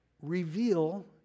reveal